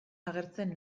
agertzen